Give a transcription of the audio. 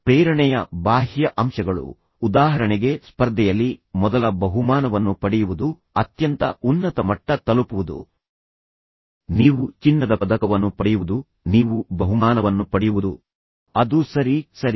ಪ್ರೇರಣೆಯ ಬಾಹ್ಯ ಅಂಶಗಳು ಉದಾಹರಣೆಗೆ ಸ್ಪರ್ಧೆಯಲ್ಲಿ ಮೊದಲ ಬಹುಮಾನವನ್ನು ಪಡೆಯುವುದು ಅತ್ಯಂತ ಉನ್ನತ ಮಟ್ಟ ತಲುಪುವುದು ನೀವು ಚಿನ್ನದ ಪದಕವನ್ನು ಪಡೆಯುವುದು ನೀವು ಬಹುಮಾನವನ್ನು ಪಡೆಯುವುದು ಅದು ಸರಿ ಸರಿ